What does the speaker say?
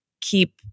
keep